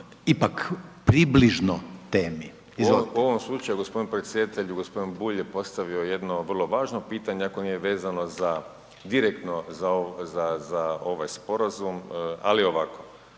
**Kovač, Miro (HDZ)** U ovom slučaju g. predsjedatelju, g. Bulj je postavio jedno vrlo važno pitanje, a koje nije vezano za direktno za ovaj Sporazum, ali ovako.